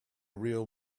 real